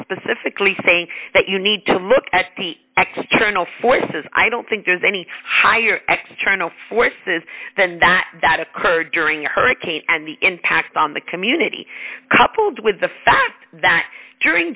specifically saying that you need to look at the extra no forces i don't think there's any higher extra forces than that that occurred during a hurricane and the impact on the community coupled with the fact that during